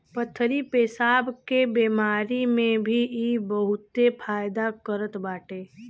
पथरी पेसाब के बेमारी में भी इ बहुते फायदा करत बाटे